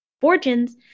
fortunes